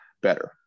better